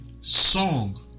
song